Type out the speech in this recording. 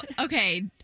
okay